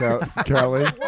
Kelly